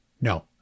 No